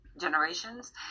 generations